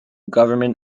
government